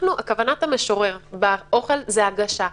כוונת המשורר באוכל זה הגשה,